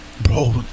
bro